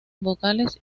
vocales